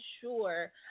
sure